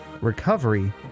recovery